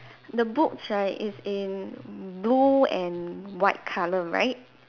the books right is in blue and white colour right